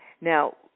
Now